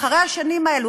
ואחרי השנים האלה,